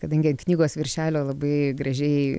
kadangi an knygos viršelio labai gražiai